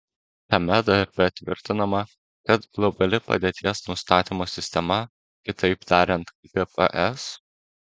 tame darbe tvirtinama kad globali padėties nustatymo sistema kitaip tariant gps